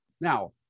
now